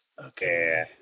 Okay